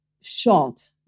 shot